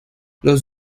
los